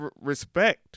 respect